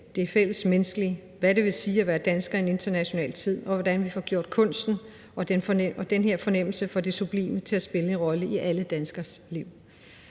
det fællesmenneskelige, hvad det vil sige at være dansker i en international tid, og hvordan vi får gjort kunsten og den her fornemmelse for det sublime til at spille en rolle i alle danskeres liv.